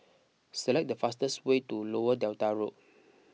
select the fastest way to Lower Delta Road